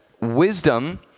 wisdom